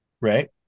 right